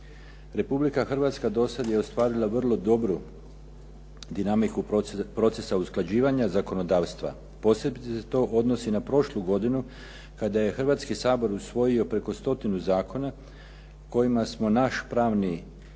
Republika Hrvatska dosad je ostvarila vrlo dobru dinamiku procesa usklađivanja zakonodavstva, posebice se to odnosi na prošlu godinu kada je Hrvatski sabor usvojio preko stotinu zakona kojima smo naš pravni sustav